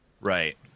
right